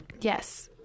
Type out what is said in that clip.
yes